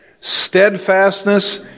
steadfastness